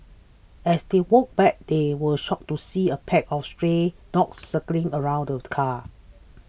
as they walked back they were shocked to see a pack of stray dogs circling around the car